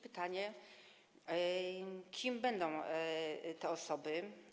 Pytanie: Kim będą te osoby?